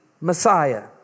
Messiah